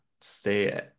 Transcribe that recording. stay